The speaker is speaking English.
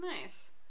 nice